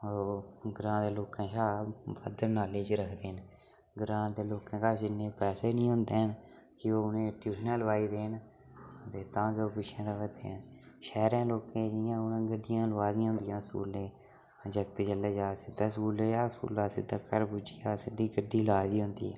ग्रांऽ दे लोकें शा बद्ध नॉलेज रखदे न ग्रांऽ दे लोकें कश इ'न्ने पैसे निं होंदे हैन कि ओह् उ'नेंगी ट्यूशनां लोआई देन ते तां गै ओह् पिच्छें र'वा दे न शैह्रे दे लोकें जि'यां हून गड्डियां लोआ दियां होंदियां न स्कूलें गी जागत् जेल्लै जा सिद्धा स्कूलै गी जा स्कूला दा सिद्धा घर पुज्जी जा सिद्धी गड्डी लोआ दी होंदी